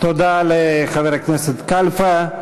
תודה לחבר הכנסת כלפה.